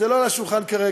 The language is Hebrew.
זה לא על השולחן כרגע,